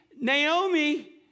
Naomi